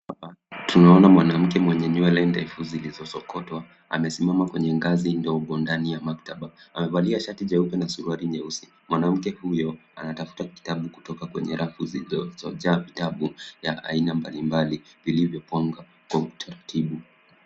Tunaona mwanamke mwenye nywele ndefu zilizosokotwa amesimama kwenye ngazi ndogo ndani ya maktaba. Amevalia shati jeupe na suruali nyeusi, mwanamke huyo anatafuta kitabu kutoka kwenye rafu zilizojaa vitabu ya aina mbali mbali vilivyo pangwa kwa utaratibu.